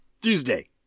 Tuesday